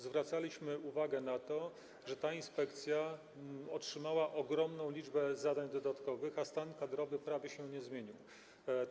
Zwracaliśmy uwagę na to, że ta inspekcja otrzymała ogromną liczbę zadań dodatkowych, a stan kadrowy prawie się nie zmienił.